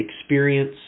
experience